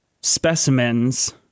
specimens